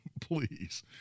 Please